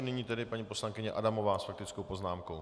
Nyní tedy paní poslankyně Adamová s faktickou poznámkou.